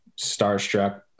starstruck